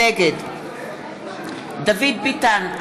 נגד דוד ביטן,